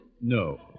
no